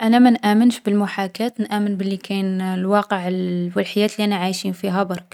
أنا ما نآمنش بالمحاكاة، نآمن بلي كاين الواقع الـ و الحياة لي رانا عايشين فيها برك.